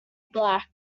black